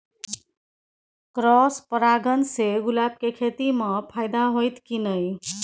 Cross परागण से गुलाब के खेती म फायदा होयत की नय?